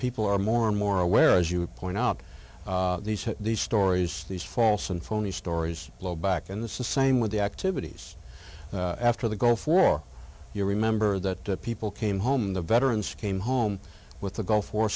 people are more and more aware as you point out these stories these false and phony stories blow back and the same with the activities after the gulf war you remember that people came home the veterans came home with the gulf war